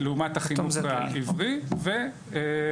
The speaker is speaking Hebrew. זו עמודת החינוך העברי ובאפור,